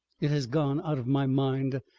it has gone out of my mind.